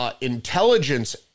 intelligence